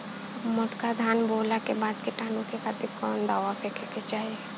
मोटका धान बोवला के बाद कीटाणु के खातिर कवन दावा फेके के चाही?